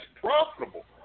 profitable